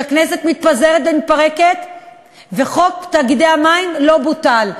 שהכנסת מתפזרת ומתפרקת וחוק תאגידי המים לא בוטל.